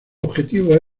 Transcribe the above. objetivo